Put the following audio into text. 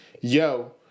yo